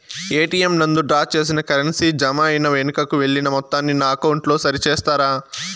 ATM నందు draw చేసిన currency జామ అయి వెనుకకు వెళ్లిన మొత్తాన్ని నా అకౌంట్ లో సరి చేస్తారా?